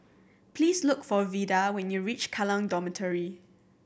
please look for Vida when you reach Kallang Dormitory